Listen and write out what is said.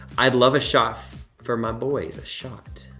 i'd love a shot for my boys. a shot,